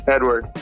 Edward